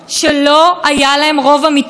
לא היה להם רוב אמיתי בכנסת.